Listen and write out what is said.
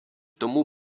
тому